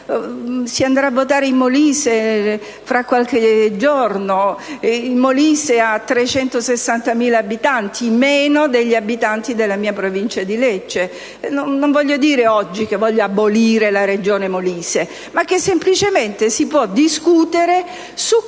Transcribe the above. Si andrà a votare in Molise tra qualche giorno. Il Molise conta 360.000 abitanti, meno della mia Provincia di Lecce. Oggi non dico che voglio abolire la Regione Molise, ma che semplicemente si può discutere sul